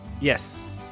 Yes